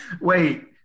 Wait